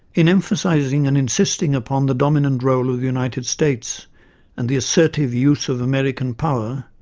in emphasising and insisting upon the dominant role of the united states and the assertive use of american power,